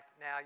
now